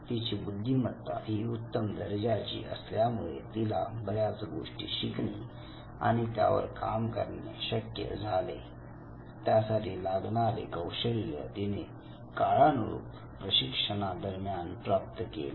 तिची बुद्धिमत्ता ही उत्तम दर्जाची असल्यामुळे तिला बऱ्याच गोष्टी शिकणे आणि त्यावर काम करणे शक्य झाले त्यासाठी लागणारे कौशल्य तिने काळानुरूप प्रशिक्षणादरम्यान प्राप्त केले